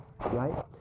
right